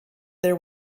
there